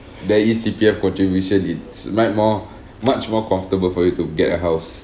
then use C_P_F contribution it's much more much more comfortable for you to get a house